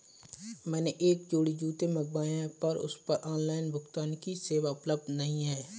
मैंने एक जोड़ी जूते मँगवाये हैं पर उस पर ऑनलाइन भुगतान की सेवा उपलब्ध नहीं है